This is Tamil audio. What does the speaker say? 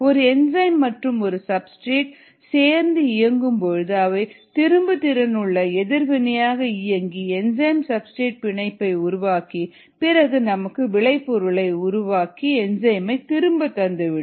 ஒரு என்சைம் மற்றும் ஒரு சப்ஸ்டிரேட் சேர்ந்து இயங்கும் பொழுது அவை திரும்ப திறனுள்ள எதிர்வினையாக இயங்கி என்சைம் சப்ஸ்டிரேட் பிணைப்பு உருவாக்கி பிறகு நமக்கு விளை பொருளையும் உருவாக்கி என்சைமை திரும்ப தந்துவிடும்